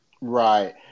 right